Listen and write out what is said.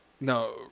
no